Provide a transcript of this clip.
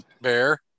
Bear